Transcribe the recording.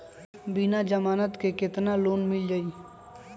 बिना जमानत के केतना लोन मिल जाइ?